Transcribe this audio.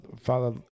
father